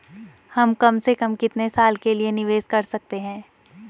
हम कम से कम कितने साल के लिए निवेश कर सकते हैं?